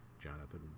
Jonathan